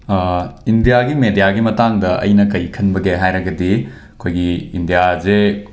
ꯏꯟꯗ꯭ꯌꯥꯒꯤ ꯃꯦꯗ꯭ꯌꯥꯒꯤ ꯃꯇꯥꯡꯗ ꯑꯩꯅ ꯀꯔꯤ ꯈꯟꯕꯒꯦ ꯍꯥꯏꯔꯒꯗꯤ ꯑꯩꯈꯣꯏꯒꯤ ꯏꯟꯗ꯭ꯌꯥꯁꯦ